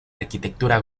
arquitectura